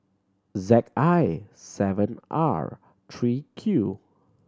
Z I seven R three Q